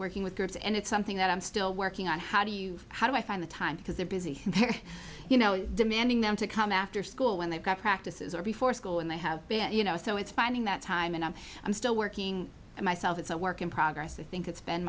working with groups and it's something that i'm still working on how do you how do i find the time because they're busy you know demanding them to come after school when they've got practices or before school and they have been you know so it's finding that time and i'm still working myself it's a work in progress i think it's been